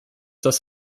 das